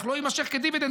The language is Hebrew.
לא יימשך כדיבידנד,